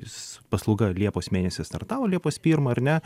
s paslauga liepos mėnesį startavo liepos pirmą ar ne